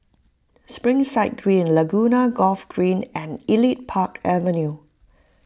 Springside Green Laguna Golf Green and Elite Park Avenue